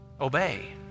obey